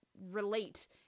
relate